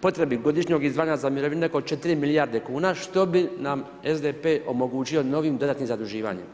potrebi, godišnjem izdvajanja mirovine, oko 4 milijarde kn, što bi nam SDP omogućio novim dodatnim zaduživanjem.